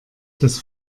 das